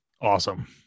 awesome